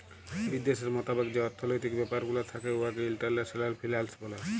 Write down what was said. বিদ্যাশের মতাবেক যে অথ্থলৈতিক ব্যাপার গুলা থ্যাকে উয়াকে ইল্টারল্যাশলাল ফিল্যাল্স ব্যলে